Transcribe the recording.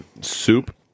Soup